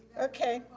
okay,